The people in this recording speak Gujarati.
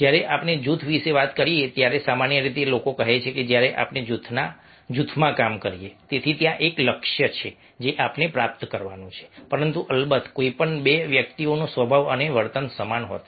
જ્યારે આપણે જૂથ વિશે વાત કરીએ છીએ તેથી સામાન્ય રીતે લોકો કહે છે કે જ્યારે આપણે જૂથમાં કામ કરીએ છીએ તેથી ત્યાં એક લક્ષ્ય છે જે આપણે પ્રાપ્ત કરવાનું છે પરંતુ અલબત્ત કોઈ પણ બે વ્યક્તિઓનો સ્વભાવ અને વર્તન સમાન નથી